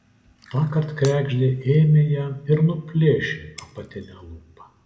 tąkart kregždė ėmė jam ir nuplėšė apatinę lūpą